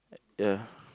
ya